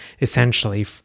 essentially